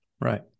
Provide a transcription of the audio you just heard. Right